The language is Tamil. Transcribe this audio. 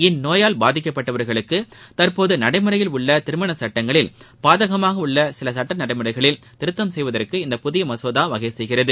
இந்நோயால் பாதிக்கப்பட்டவர்களுக்கு தற்போது நடைமுறையில் உள்ள திருமண சட்டங்களில் பாதகமாக உள்ள சில சட்ட நடைமுறைகளில் திருத்தம் செய்வதற்கு இந்த புதிய மசோதா வகைசெய்கிறது